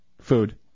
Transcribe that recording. food